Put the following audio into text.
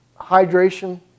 hydration